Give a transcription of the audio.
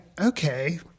Okay